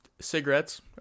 Cigarettes